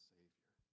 Savior